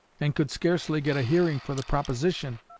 and could scarcely get a hearing for the proposition,